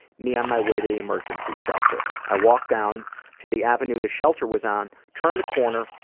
me on my way to the emergency shelter. i walked down to the avenue the shelter was on, turned the corner,